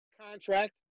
contract